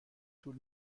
طول